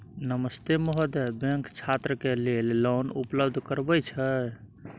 नमस्ते महोदय, बैंक छात्र के लेल लोन उपलब्ध करबे छै?